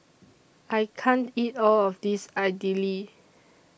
I can't eat All of This Idili